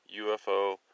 UFO